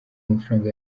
mafaranga